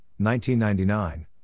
1999